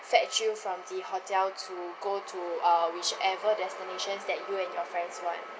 fetch you from the hotel to go to uh whichever destinations that you and your friends want